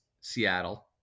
Seattle